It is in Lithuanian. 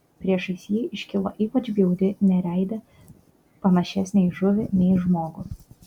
priešais jį iškilo ypač bjauri nereidė panašesnė į žuvį nei į žmogų